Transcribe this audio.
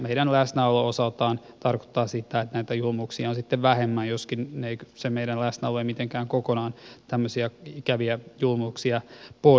meidän läsnäolomme osaltaan tarkoittaa sitä että näitä julmuuksia on sitten vähemmän joskaan se meidän läsnäolomme ei mitenkään kokonaan tämmöisiä ikäviä julmuuksia poista